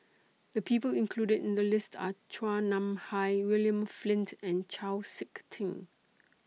The People included in The list Are Chua Nam Hai William Flint and Chau Sik Ting